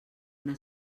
una